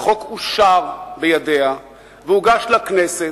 והחוק אושר בידיה והוגש לכנסת,